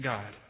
God